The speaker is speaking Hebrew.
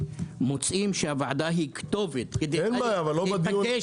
מוצאים שהוועדה היא כתובת כדי להיפגש